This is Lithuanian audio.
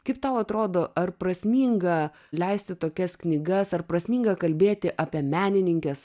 kaip tau atrodo ar prasminga leisti tokias knygas ar prasminga kalbėti apie menininkes